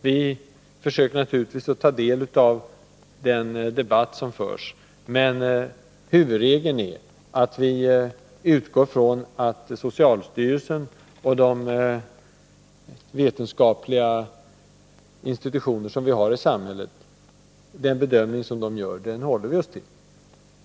Vi försöker naturligtvis att ta del av den debatt som förs. Men huvudregeln är att vi utgår från den bedömning som görs av socialstyrelsen och av de vetenskapliga institutioner vi har i samhället.